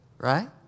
Right